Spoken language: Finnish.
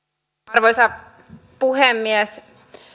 arvoisa puhemies